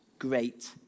great